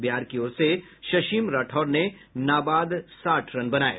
बिहार की ओर से शशिम राठौर ने नवाद साठ रन बनाये